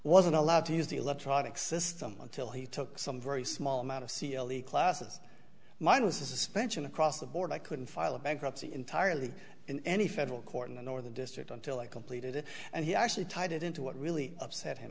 wasn't allowed to use the electronic system until he took some very small amount of c l the classes minus a suspension across the board i couldn't file a bankruptcy entirely in any federal court in the northern district until i completed it and he actually tied it into what really upset him